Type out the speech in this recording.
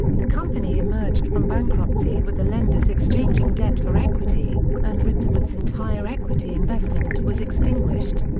the company emerged from bankruptcy with the lenders exchanging debt for equity, and ripplewood's entire equity investment was extinguished.